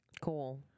Cool